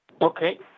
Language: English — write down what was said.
okay